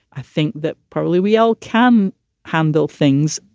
i think that probably we all can handle things.